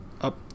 up